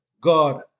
God